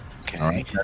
Okay